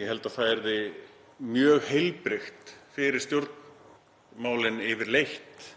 Ég held að það yrði mjög heilbrigt fyrir stjórnmálin yfirleitt